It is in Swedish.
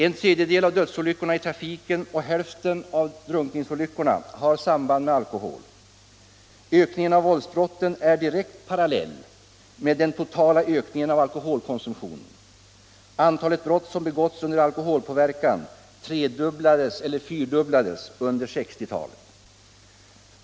En tredjedel av dödsolyckorna i trafiken och hälften av drunkningsolyckorna har samband med alkohol. Ökningen av våldsbrotten är en direkt parallell med den totala ökningen av alkoholkonsumtionen. Antalet brott som begåtts under alkoholpåverkan tre till fyradubblades under 1960-talet.